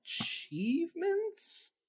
achievements